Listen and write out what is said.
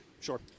sure